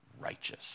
righteous